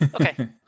Okay